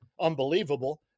Unbelievable